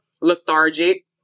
lethargic